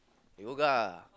yoga